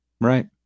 Right